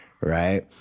right